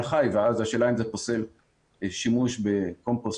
חי ואז השאלה אם זה פוסל שימוש בקומפוסט.